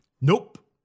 Nope